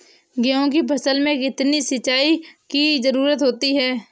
गेहूँ की फसल में कितनी सिंचाई की जरूरत होती है?